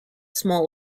small